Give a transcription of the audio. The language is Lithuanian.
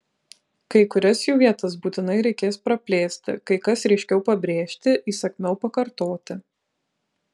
kai kurias jų vietas būtinai reikės praplėsti kai kas ryškiau pabrėžti įsakmiau pakartoti